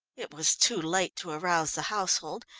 it was too late to arouse the household,